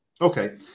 Okay